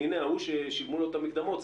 הינה ההוא ששילמו לו את המקדמות,